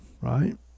right